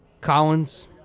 Collins